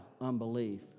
unbelief